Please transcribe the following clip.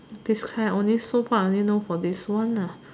this kind only so far I only know for this one nah